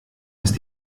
ist